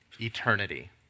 eternity